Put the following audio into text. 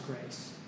grace